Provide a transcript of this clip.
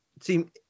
seem